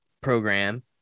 program